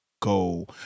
go